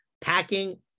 Packing